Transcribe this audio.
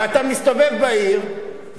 ואתה מסתובב בעיר,